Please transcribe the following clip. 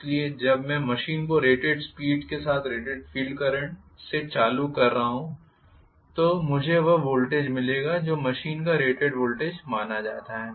इसलिए जब मैं मशीन को रेटेड स्पीड के साथ रेटेड फ़ील्ड करंट से चालू कर रहा हूं तो मुझे वह वोल्टेज मिलेगा जो मशीन का रेटेड वोल्टेज माना जाता है